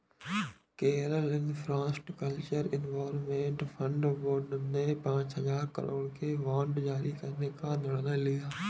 Kerala infrastructure investment fund board ने पांच हजार करोड़ के बांड जारी करने का निर्णय लिया